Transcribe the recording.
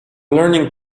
learning